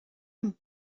liom